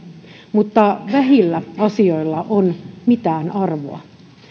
mutta vähillä asioilla on mitään arvoa